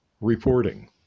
reporting